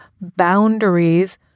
boundaries